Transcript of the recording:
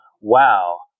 wow